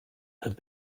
have